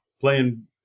playing